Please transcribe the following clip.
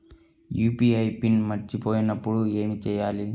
UPI PIN మరచిపోయినప్పుడు ఏమి చేయాలి?